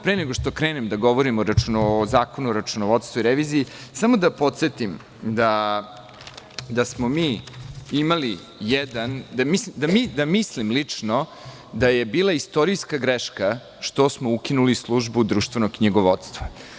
Pre nego što krenem da govorim o Zakonu o računovodstvu i reviziji, hteo bih samo da podsetim da mislim, lično, da je bila istorijska greška što smo ukinuli Službu društvenog knjigovodstva.